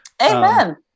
Amen